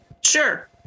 Sure